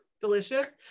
delicious